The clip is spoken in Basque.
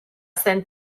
zen